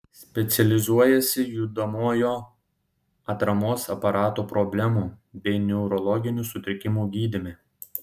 specializuojasi judamojo atramos aparato problemų bei neurologinių sutrikimų gydyme